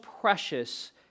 precious